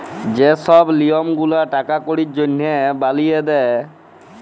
যে ছব লিয়ম গুলা টাকা কড়ির জনহে বালিয়ে দে